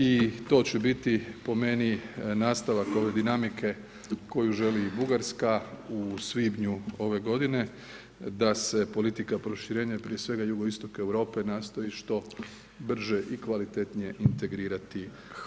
I to će biti po meni nastavak ove dinamike koju želi i Bugarska u svibnju ove godine da se politika proširenja, prije svega Jugoistoka Europe nastoji što breže i kvalitetnije integrirati u EU.